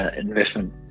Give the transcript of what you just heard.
investment